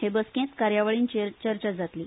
हे बसकेत कार्यावळींचेर चर्चा जातली